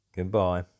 Goodbye